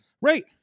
Right